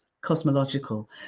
cosmological